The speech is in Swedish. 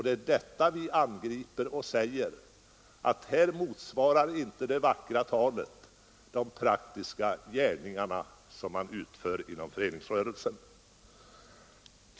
Det är detta vi angriper och säger att det vackra talet inte motsvaras av de praktiska gärningar som man utför inom föreningsrörelsen.